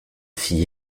fille